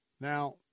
Now